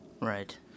Right